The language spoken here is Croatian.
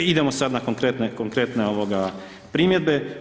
Idemo sad na konkretne primjedbe.